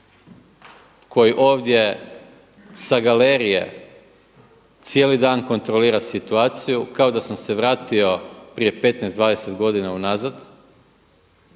koji ovdje sa galerije cijeli dan kontrolira situaciju, kao da sam se vratio prije 15, 20 godina unazad.